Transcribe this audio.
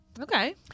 okay